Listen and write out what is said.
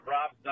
Rob